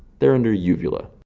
they're under uvula.